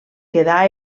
quedà